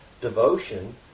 devotion